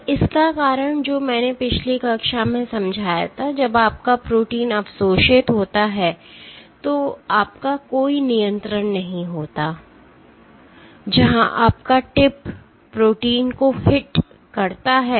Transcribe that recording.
और इसका कारण जो मैंने पिछली कक्षा में समझाया था जब आपका प्रोटीन अवशोषित होता है तो आपका कोई नियंत्रण नहीं होता है जहां आपका टिप प्रोटीन को हिट करता है